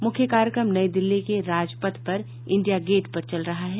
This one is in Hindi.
मुख्य कार्यक्रम नई दिल्ली के राजपथ पर इंडिया गेट पर चल रहा है